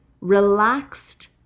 relaxed